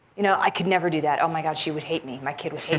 you know i could never do that. oh my god, she would hate me. my kid would hate